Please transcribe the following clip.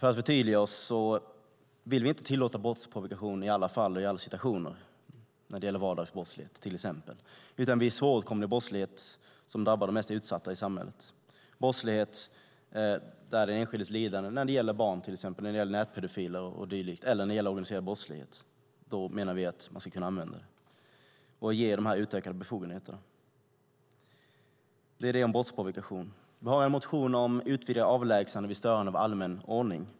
För att förtydliga: Vi vill alltså inte tillåta brottsprovokation i alla fall och i alla situationer när det gäller vardagsbrottslighet, till exempel, utan vid svåråtkomlig brottslighet som drabbar de mest utsatta i samhället. Det handlar om brottslighet där den enskildes lidande är stort, till exempel när det gäller barn och nätpedofiler och dylikt eller organiserad brottslighet. Då menar vi att man ska kunna använda brottsprovokation och ge utökade befogenheter. Detta var vad jag hade att säga om brottsprovokation. Vi har också en motion om utvidgat avlägsnande vid störande av allmän ordning.